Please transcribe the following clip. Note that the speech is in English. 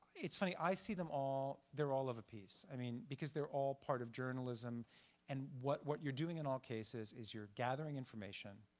it's funny, i see them all they're all of a piece. i mean because they're all part of journalism and what what you're doing in all cases is you're gathering information,